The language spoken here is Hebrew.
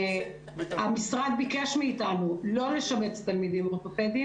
המשרד ביקש מאיתנו לא לשבץ את התלמידים האורתופדיים